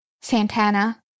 Santana